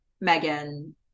megan